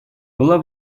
была